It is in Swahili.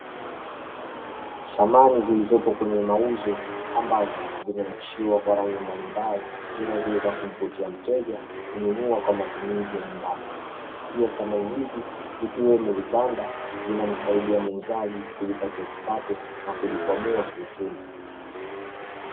Samani zilizopo kwenye mauzo ambazo zimenakshiwa kwa rangi mbalimbali, zinazoweza kumvutia mteja kununua kwa matumizi ya nyumbani, pia samani hizi vikiwemo vitanda zinamsaidia muuzaji kujipatia kipato na kujikwamua kiuchumi.